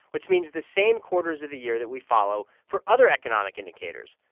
which means the same quarters of the year that we follow for other economic indicators.